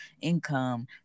income